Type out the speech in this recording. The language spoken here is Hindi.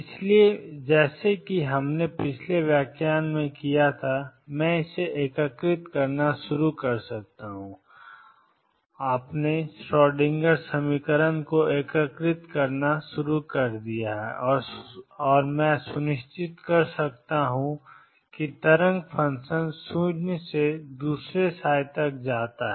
इसलिए जैसा कि हमने पिछले व्याख्यान में किया था मैं इससे एकीकृत करना शुरू कर सकता हूं अपने श्रोडिंगर समीकरण को एकीकृत कर सकता हूं और सुनिश्चित कर सकता हूं कि तरंग फ़ंक्शन 0 से दूसरे तक जाता है